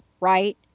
right